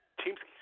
teams